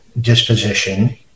disposition